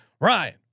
Ryan